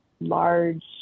large